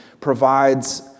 provides